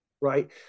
right